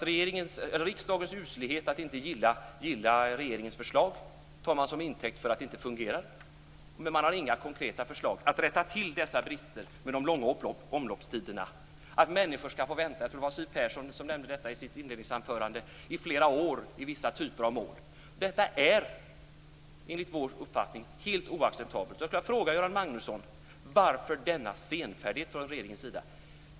Så riksdagens uselhet att inte gilla regeringens förslag tar man till intäkt för att det inte fungerar. Man har inga konkreta förslag om att rätta till bristerna med långa omloppstider. Jag tror det var Siw Persson som i sitt inledningsanförande nämnde att människor får vänta flera år i vissa typer av mål. Detta är enligt vår uppfattning helt oacceptabelt. Jag skulle vilja fråga Göran Magnusson: Varför denna senfärdighet från regeringens sida?